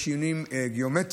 יש שם שינויים גיאומטריים,